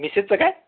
मिसेसच काय